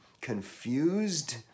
confused